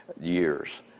years